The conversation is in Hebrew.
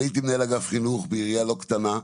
אני הייתי מנהל אגף חינוך בעירייה לא קטנה,